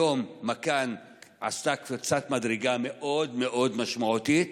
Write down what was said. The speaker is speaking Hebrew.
היום "מכאן" עשתה קפיצת מדרגה מאוד מאוד משמעותית.